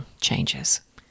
changes